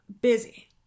busy